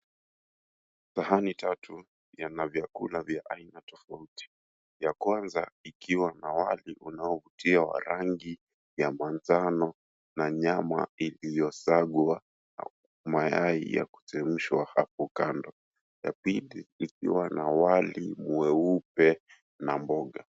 Sahani tatu mna vyakula vya aina tofauti. Vya kwanza ikiwa wali unaovutia wa rangi ya manjano na nyama iliyosagwa na mayai ya kuchemshwa hapo kando. La pili likiwa na wali mweupe na mboga.